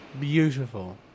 Beautiful